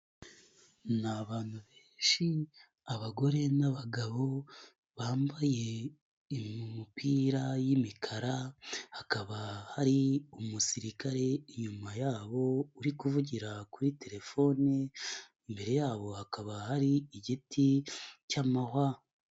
Ni abantu benshi abagore n'abagabo, bambaye imipira y'imikara hakaba hari umusirikare inyuma yabo uri kuvugira kuri telefone, imbere yabo hakaba hari igiti cy'amahwa.